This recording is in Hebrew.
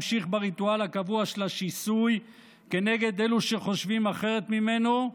המשיך בריטואל הקבוע של השיסוי כנגד אלו שחושבים אחרת ממנו,